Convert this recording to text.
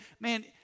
man